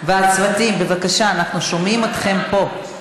הצוותים, בבקשה, אנחנו שומעים אתכם פה.